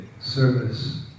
service